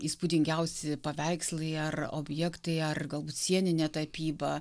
įspūdingiausi paveikslai ar objektai ar galbūt sieninė tapyba